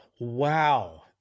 wow